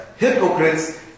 Hypocrites